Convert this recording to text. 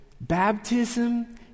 Baptism